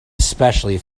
especially